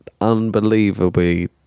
Unbelievably